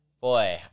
Boy